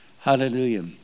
Hallelujah